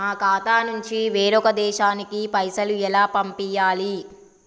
మా ఖాతా నుంచి వేరొక దేశానికి పైసలు ఎలా పంపియ్యాలి?